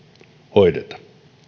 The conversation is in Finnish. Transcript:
hoideta